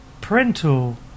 parental